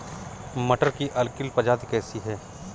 मटर की अर्किल प्रजाति कैसी है?